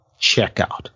checkout